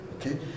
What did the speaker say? okay